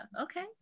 Okay